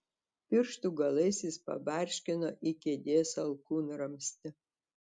pirštų galais jis pabarškino į kėdės alkūnramstį